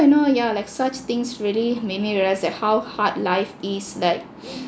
you know yeah like such things really made me realise that how hard life is like